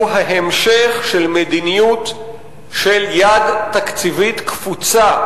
ההמשך של מדיניות של יד תקציבית קפוצה,